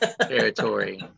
territory